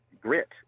grit